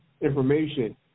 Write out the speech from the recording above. information